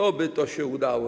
Oby to się udało.